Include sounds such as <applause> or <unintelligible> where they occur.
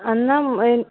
<unintelligible>